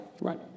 Right